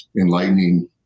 enlightening